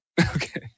Okay